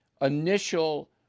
initial